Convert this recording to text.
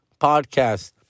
podcast